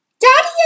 Daddy